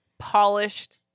polished